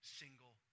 single